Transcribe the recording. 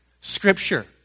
Scripture